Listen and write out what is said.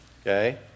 okay